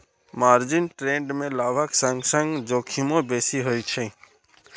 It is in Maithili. मार्जिन ट्रेड मे लाभक संग संग जोखिमो बेसी होइ छै